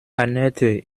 anette